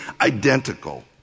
identical